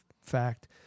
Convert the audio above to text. fact